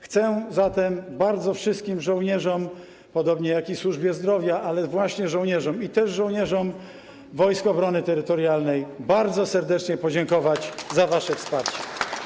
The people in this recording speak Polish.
Chcę zatem bardzo wszystkim żołnierzom, podobnie jak służbie zdrowia, ale właśnie żołnierzom i też żołnierzom Wojsk Obrony Terytorialnej bardzo serdecznie podziękować za wasze wsparcie.